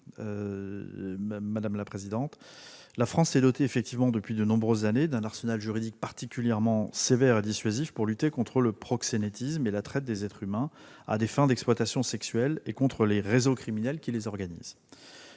Madame la sénatrice, la France s'est dotée depuis de nombreuses années d'un arsenal juridique particulièrement sévère et dissuasif pour lutter contre le proxénétisme et la traite des êtres humains à des fins d'exploitation sexuelle et contre les réseaux criminels qui organisent